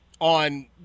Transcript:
on